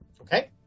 Okay